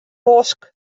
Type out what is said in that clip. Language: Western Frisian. bosk